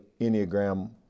Enneagram